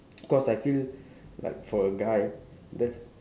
cause I feel like for a guy that's